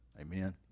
Amen